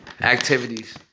activities